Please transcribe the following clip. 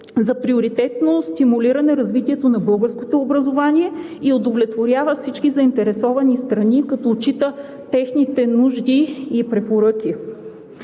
за приоритетно стимулиране развитието на българското образование и удовлетворява всички заинтересовани страни, като отчита техните нужди и препоръки.